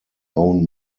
own